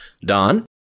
Don